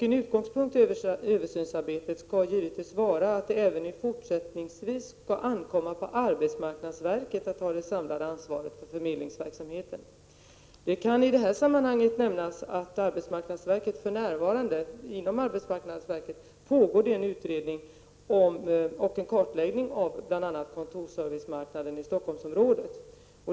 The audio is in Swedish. En utgångspunkt i översynsarbetet skall givetvis vara att det även fortsättningsvis skall ankomma på arbetsmarknadsverket att ha det samlade ansvaret för förmedlingsverksamheten. Det kan i det här sammanhanget nämnas att det inom arbetsmarknadsverket för närvarande pågår en utredning och en kartläggning av bl.a. kontorsservicemarknaden i Stockholmsområdet.